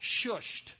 shushed